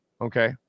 Okay